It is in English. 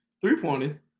three-pointers